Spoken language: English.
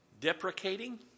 deprecating